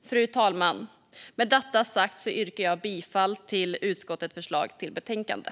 Fru talman! Med detta sagt yrkar jag bifall till utskottets förslag i betänkandet.